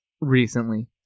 recently